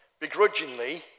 begrudgingly